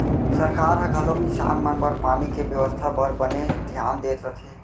सरकार ह घलौक किसान मन बर पानी के बेवस्था बर बने धियान देत रथे